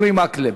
אורי מקלב.